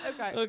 Okay